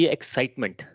Excitement